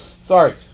Sorry